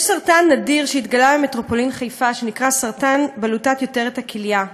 יש סרטן נדיר שהתגלה במטרופולין חיפה שנקרא סרטן בלוטת יותרת הכליה.